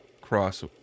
cross